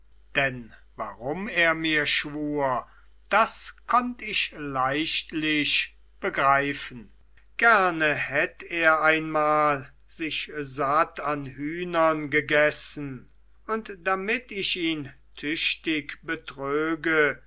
denn warum er mir schwur das konnt ich leichtlich begreifen gerne hätt er einmal sich satt an hühnern gegessen und damit ich ihn tüchtig betröge